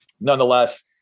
nonetheless